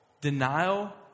Denial